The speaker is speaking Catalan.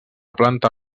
planta